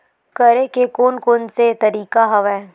करे के कोन कोन से तरीका हवय?